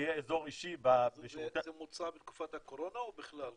שיהיה אזור אישי --- זה מוצע בתקופת הקורונה או בכלל?